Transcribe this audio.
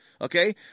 Okay